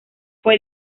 fue